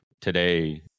today